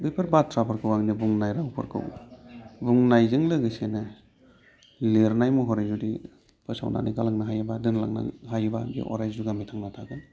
बेफोर बाथ्राफोरखौ आंनि बुंनाय रावफोरखौ बुंनायजों लोगोसेनो लिरनाय महरै जुदि फोसावनानै गालांनो हायो बा दोनलांनो हायोबा बे अराय जुगामि थांना थागोन